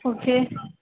okay